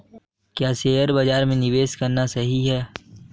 क्या शेयर बाज़ार में निवेश करना सही है?